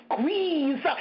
Squeeze